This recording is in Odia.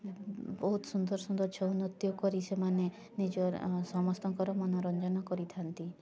ବହୁତ ସୁନ୍ଦର ସୁନ୍ଦର ଛଉ ନୃତ୍ୟ କରି ସେମାନେ ନିଜର ସମସ୍ତଙ୍କର ମନୋରଞ୍ଜନ କରିଥାନ୍ତି